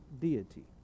deity